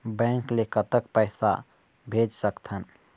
Bank ले कतक पैसा भेज सकथन?